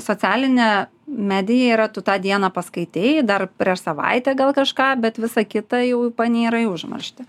socialinė medija yra tu tą dieną paskaitei dar prieš savaitę gal kažką bet visa kita jau panyra į užmarštį